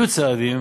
יהיו צעדים